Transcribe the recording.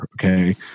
Okay